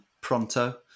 pronto